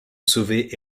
sauver